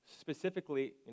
specifically